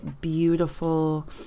beautiful